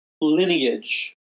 lineage